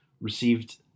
received